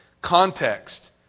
context